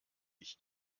ich